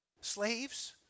Slaves